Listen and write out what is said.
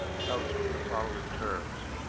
couched in the following terms